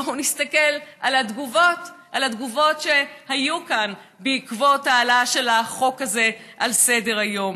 בואו נסתכל על התגובות שהיו כאן בעקבות ההעלאה של החוק הזה על סדר-היום.